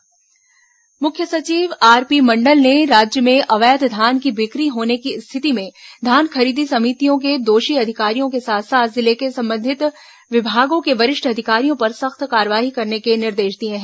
मुख्य सचिव समीक्षा मुख्य सचिव आर पी मंडल ने राज्य में अवैध धान की बिक्री होने की स्थिति में धान खरीदी समितियों के दोषी अधिकारियों के साथ साथ जिले के संबंधित विभागों के वरिष्ठ अधिकारियों पर सख्त कार्रवाई करने के निर्देश दिए हैं